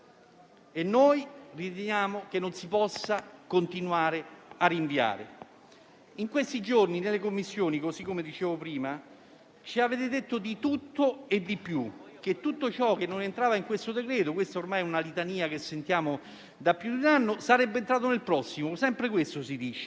E noi riteniamo che non si possa continuare a rinviare. In questi giorni nelle Commissioni - come dicevo prima - ci avete detto di tutto e di più, che tutto ciò che non entrava in questo decreto - è ormai una litania che sentiamo da più di un anno - sarebbe entrato nel prossimo. Sempre questo si dice